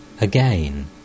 Again